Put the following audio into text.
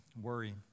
worry